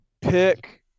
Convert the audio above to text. pick –